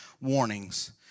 warnings